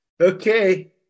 Okay